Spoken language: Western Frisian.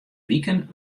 wiken